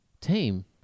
Team